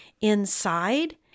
inside